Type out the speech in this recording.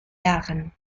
jahren